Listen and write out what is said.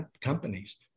companies